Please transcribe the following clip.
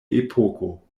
epoko